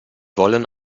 wollen